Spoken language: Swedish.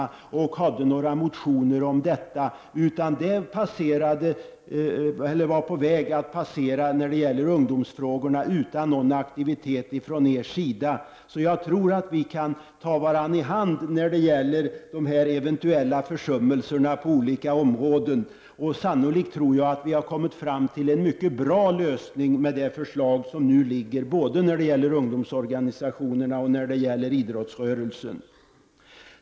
Ni lade inte fram några motioner om detta, Christer Eirefelt och Lars Ahlström. Detta var på väg att passera utan någon aktivitet från er sida. Jag tror att vi kan ta varandra i hand när det gäller eventuella försummelser på olika områden. Sannolikt har vi kommit fram till en mycket bra lösning, med det förslag som nu lagts fram, både när det gäller ungdomsorganisationerna och idrottsrörelsen.